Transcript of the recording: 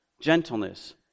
gentleness